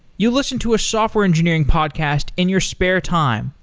you listen to a software engineering podcast in your spare time,